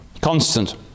Constant